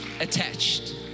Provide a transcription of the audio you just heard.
attached